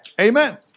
Amen